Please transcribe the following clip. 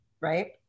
right